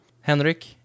Henrik